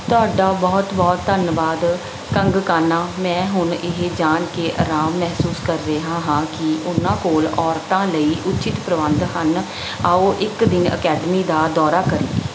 ਤੁਹਾਡਾ ਬਹੁਤ ਬਹੁਤ ਧੰਨਵਾਦ ਕੰਗਕਾਨਾ ਮੈਂ ਹੁਣ ਇਹ ਜਾਣ ਕੇ ਅਰਾਮ ਮਹਿਸੂਸ ਕਰ ਰਿਹਾ ਹਾਂ ਕਿ ਉਨ੍ਹਾਂ ਕੋਲ ਔਰਤਾਂ ਲਈ ਉਚਿਤ ਪ੍ਰਬੰਧ ਹਨ ਆਓ ਇੱਕ ਦਿਨ ਅਕੈਡਮੀ ਦਾ ਦੌਰਾ ਕਰੀਏ